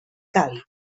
càlid